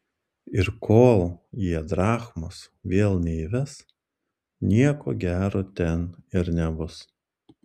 ir kol jie drachmos vėl neįves nieko gero ten ir nebus